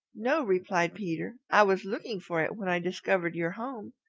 no, replied peter. i was looking for it when i discovered your home.